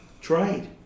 Trade